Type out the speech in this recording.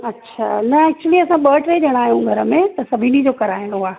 अच्छा न एक्चुली असां ॿ टे ॼणा आहियूं घर में त सभिनी जो कराइणो आहे